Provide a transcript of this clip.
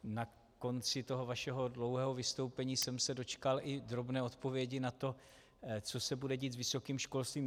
Na konci toho vašeho dlouhého vystoupení jsem se dočkal i drobné odpovědi na to, co se bude dít s vysokým školstvím.